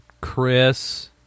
Chris